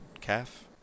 Calf